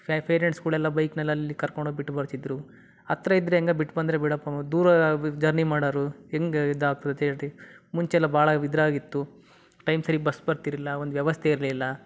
ಫೆ ಫೆರೆಂಟ್ಸ್ಗಳೆಲ್ಲ ಬೈಕ್ನಲಲ್ಲಿ ಕರ್ಕೊಂಡು ಹೋಗಿ ಬಿಟ್ಟು ಬರ್ತಿದ್ದರು ಹತ್ರ ಇದ್ದರೆ ಹೆಂಗೋ ಬಿಟ್ಟು ಬಂದರೆ ಬಿಡಪ್ಪ ದೂರ ಜರ್ನಿ ಮಾಡೋರು ಹೆಂಗೆ ಇದಾಗ್ತತಿ ಹೇಳಿರಿ ಮುಂಚೆ ಎಲ್ಲ ಭಾಳ ಇದ್ರಾಗೆ ಇತ್ತು ಟೈಮ್ ಸರೀಗೆ ಬಸ್ ಬರ್ತಿರ್ಲಿಲ್ಲ ಒಂದೂ ವ್ಯವಸ್ಥೆ ಇರಲಿಲ್ಲ